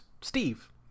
steve